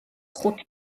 ხუთი